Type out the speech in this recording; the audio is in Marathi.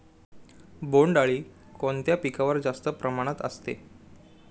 बोंडअळी कोणत्या पिकावर जास्त प्रमाणात असते?